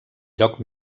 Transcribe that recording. lloc